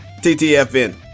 TTFN